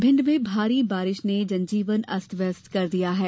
भिण्ड में भारी बारिश ने जनजीवन अस्त व्यस्त कर दिया है